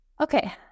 Okay